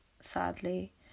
sadly